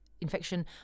infection